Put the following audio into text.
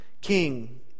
king